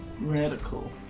Radical